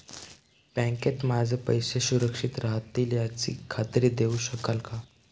बँकेत माझे पैसे सुरक्षित राहतील याची खात्री देऊ शकाल का?